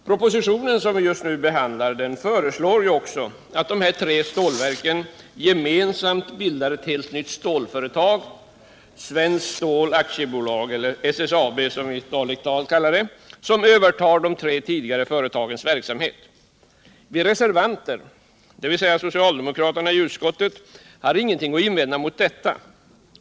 Propositionen som vi just nu behandlar föreslår också att de stålverken gemensamt bildar ett helt nytt stålföretag, Svenskt Stål AB eller SSAB som vi i dagligt tal kallar det, vilket övertar de tre tidigare företagens verksamhet. Vi reservanter, dvs. socialdemokraterna i utskottet, har ingenting att invända mot detta.